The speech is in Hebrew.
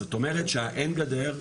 זאת אומרת שאין גדר,